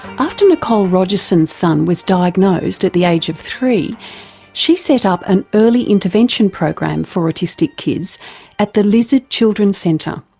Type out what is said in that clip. after nicole rogerson's son was diagnosed at the age of three she set up an early intervention program for autistic kids at the lizard children's centre.